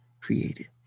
created